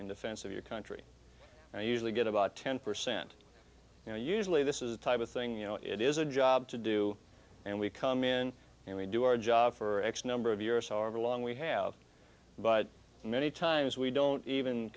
in defense of your country and usually get about ten percent you know usually this is the type of thing you know it is a job to do and we come in and we do our job for x number of years however long we have but many times we don't even